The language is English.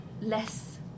less